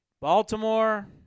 Baltimore